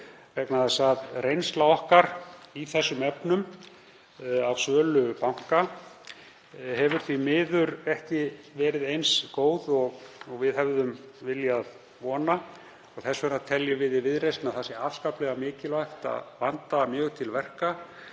vegna þess að reynsla okkar í þessum efnum, af sölu banka, hefur því miður ekki verið eins góð og við hefðum viljað vona. Þess vegna teljum við í Viðreisn að það sé afskaplega mikilvægt að vanda mjög til verka